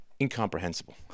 Incomprehensible